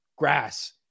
grass